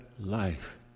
life